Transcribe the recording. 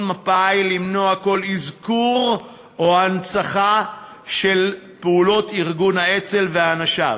מפא"י למנוע כל אזכור או הנצחה של פעולות ארגון האצ"ל ואנשיו.